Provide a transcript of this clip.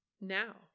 Now